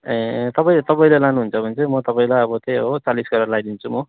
ए तपाईँ तपाईँले लानुहुन्छ भने चाहिँ म तपाईँलाई अब त्यही हो चालिस गरेर लाइदिन्छु म